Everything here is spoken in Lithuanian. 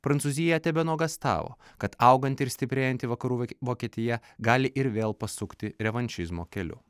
prancūzija tebenuogąstavo kad auganti ir stiprėjanti vakarų vokietija gali ir vėl pasukti revanšizmo keliu